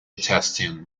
testing